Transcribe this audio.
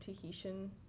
Tahitian